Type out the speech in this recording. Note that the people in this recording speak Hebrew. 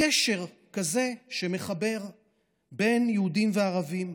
גשר כזה שמחבר בין יהודים וערבים,